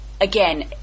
Again